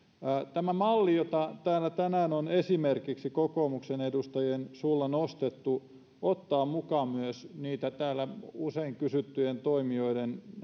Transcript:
tämä malli jota täällä tänään on esimerkiksi kokoomuksen edustajien suulla nostettu ottaa mukaan myös täällä usein kysyttyjen toimijoiden